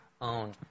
own